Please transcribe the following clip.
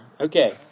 Okay